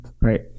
right